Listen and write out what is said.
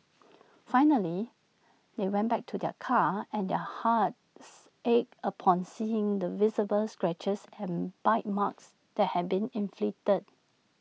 finally they went back to their car and their hearts ached upon seeing the visible scratches and bite marks that had been inflicted